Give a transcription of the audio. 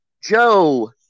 Joe